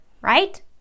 right